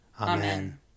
amen